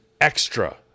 extra